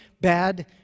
bad